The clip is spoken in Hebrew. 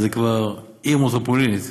זה כבר עיר מטרופולינית.